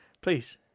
Please